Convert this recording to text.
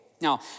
Now